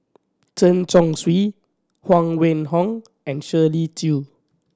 Chen Chong Swee Huang Wenhong and Shirley Chew